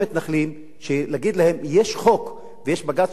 להגיד להם: יש חוק ויש בג"ץ שצריך לכבד,